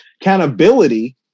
Accountability